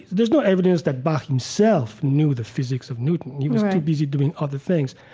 there's no evidence that bach himself knew the physics of newton. he was, right, too busy doing other things.